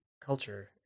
culture